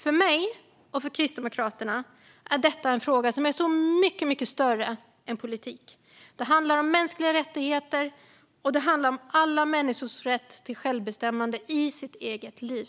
För mig och Kristdemokraterna är detta en fråga som är så mycket större än politik. Det handlar om mänskliga rättigheter och alla människors rätt till självbestämmande i sitt eget liv.